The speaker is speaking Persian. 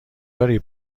داری